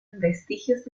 vestigios